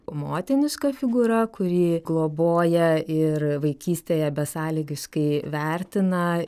motiniška figūra kuri globoja ir vaikystėje besąlygiškai vertina